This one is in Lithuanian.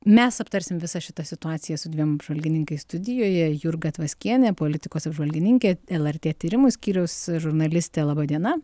mes aptarsim visą šitą situaciją su dviem apžvalgininkais studijoje jurga tvaskienė politikos apžvalgininkė lrt tyrimų skyriaus žurnalistė laba diena